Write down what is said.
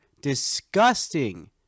disgusting